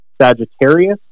Sagittarius